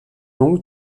longues